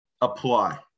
apply